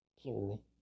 plural